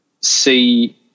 see